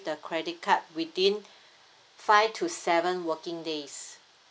the credit card within five to seven working days